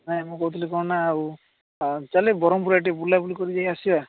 ନାଇଁ ମୁଁ କହୁଥିଲି କ'ଣ ନା ଆଉ ଚାଲେ ବ୍ରହ୍ମପୁର ଆଡ଼େ ଟିକିଏ ବୁଲାବୁଲି କରିକି ଯାଇଁ ଆସିବା